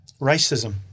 Racism